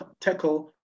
tackle